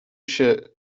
się